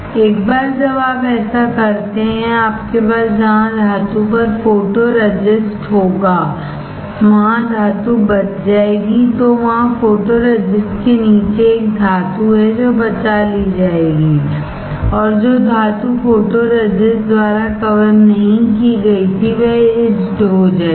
एक बार जब आप ऐसा करते हैं कि आपके पास जहां धातु पर फोटोरेजिस्टहोगा वहां धातु बच जाएगी तो वहां फोटोरेजिस्ट के नीचे एक धातु है जो बचा ली जाएगी और जो धातु फोटोरेजिस्ट द्वारा कवर नहीं की गई थी वह etched हो जाएगी